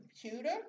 computer